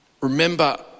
remember